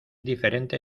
diferente